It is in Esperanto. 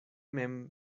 mem